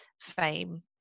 fame